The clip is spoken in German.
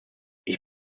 ich